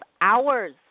hours